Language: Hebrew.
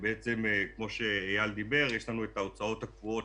כמו שאייל אמר, יש לנו את ההוצאות הקבועות